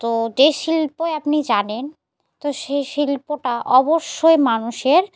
তো যে শিল্পই আপনি জানেন তো সেই শিল্পটা অবশ্যই মানুষের